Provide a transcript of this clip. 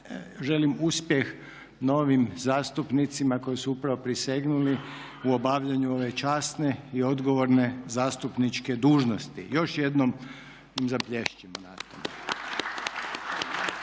Želim uspjeh novim zastupnicima koji su upravo prisegnuli u obavljanju ove časne i odgovorne zastupničke dužnosti. Još jednom zaplješćimo naravno.